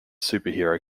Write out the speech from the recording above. superhero